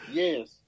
yes